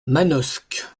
manosque